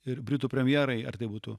ir britų premjerai ar tai būtų